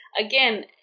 again